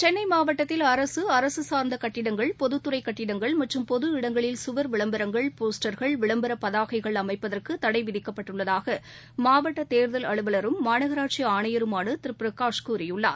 சென்னை மாவட்டத்தில் அரசு அரசு சார்ந்த கட்டிடங்கள் பொதுத்துறை கட்டிடங்கள் மற்றும் பொது இடங்களில் சுவர் விளம்பரங்கள் போஸ்டர்கள் விளம்பர பதாகைகள் அமைப்பதற்கு தடை விதிக்கப்பட்டுள்ளதாக மாவட்ட தேர்தல் அலுவலரும் மாநகராட்சி ஆணையருமான திரு பிரகாஷ் கூறியுள்ளார்